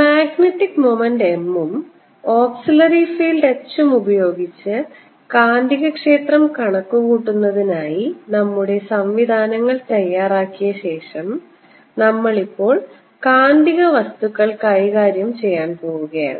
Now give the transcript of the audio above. magnetic moment m ഉം auxiliary field h ഉം ഉപയോഗിച്ച് കാന്തികക്ഷേത്രം കണക്കുകൂട്ടുന്നതിനായി നമ്മുടെ സംവിധാനങ്ങൾ തയ്യാറാക്കിയശേഷം നമ്മൾ ഇപ്പോൾ കാന്തിക വസ്തുക്കൾ കൈകാര്യം ചെയ്യാൻ പോവുകയാണ്